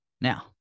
Now